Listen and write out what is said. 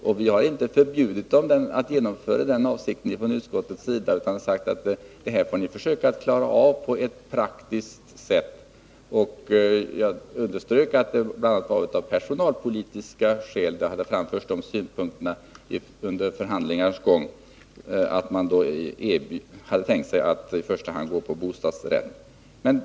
Vi har i utskottet inte velat förbjuda regeringen att genomföra denna avsikt, utan vi har sagt att man får försöka klara av detta på ett praktiskt sätt. Jag har understrukit att det bl.a. var av personalpolitiska skäl som de synpunkterna framfördes under förhandlingarnas gång, dvs. att man hade tänkt sig att i första hand erbjuda fastigheterna till bostadsrättsföreningar.